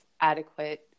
adequate